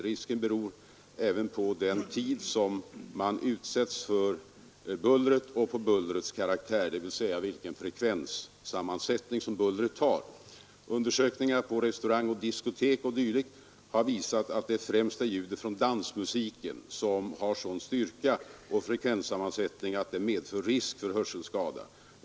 Risken beror även på den tid som man utsätts för bullret och på bullrets karaktär, dvs. vilken frekvenssammansättning bullret har. Undersökningar på restauranger, diskotek o. d. har visat att det främst är ljudet från dansmusiken som har sådan styrka och frekvenssammansättning att det medför risk för hörselskada.